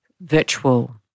virtual